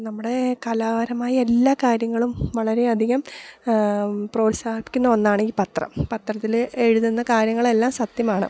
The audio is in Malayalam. നമ്മുടെ കലാപരമായ എല്ലാ കാര്യങ്ങളും വളരെ അധികം പ്രോത്സാഹിപ്പിക്കുന്ന ഒന്നാണ് ഈ പത്രം പത്രത്തിൽ എഴുതുന്ന കാര്യങ്ങൾ എല്ലാം സത്യമാണ്